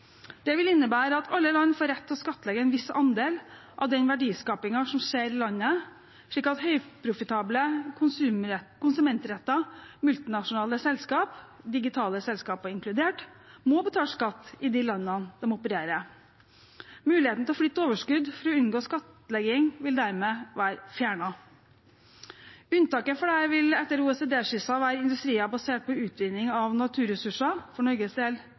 rett til å skattlegge en viss andel av den verdiskapingen som skjer i landet, slik at høyprofitable, konsumentrettede multinasjonale selskaper, digitale selskaper inkludert, må betale skatt i de landene der de opererer. Muligheten til å flytte overskudd for å unngå skattlegging vil dermed være fjernet. Unntaket fra dette vil etter OECD-skissen være industrier basert på utvinning av naturressurser, for Norges del